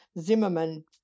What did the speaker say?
Zimmerman